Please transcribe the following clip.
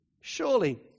Surely